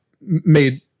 made